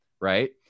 right